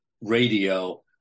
radio